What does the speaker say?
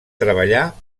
treballà